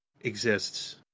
exists